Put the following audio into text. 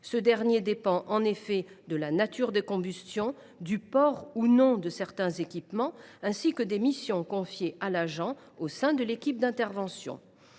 Ces derniers dépendent en effet de la nature des combustions, du port ou non de certains équipements, ainsi que des missions confiées à l’agent au sein de l’équipe d’intervention.